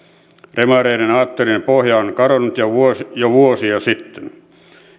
demareiden aatteellinen pohja on kadonnut jo vuosia sitten